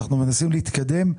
אנחנו מנסים להתקדם.